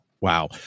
Wow